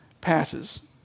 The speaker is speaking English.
passes